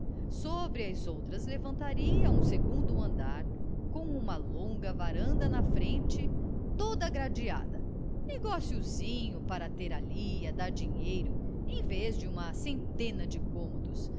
sobre as outras levantaria um segundo andar com uma longa varanda na frente toda gradeada negociozinho para ter ali a dar dinheiro em vez de um centena de cômodos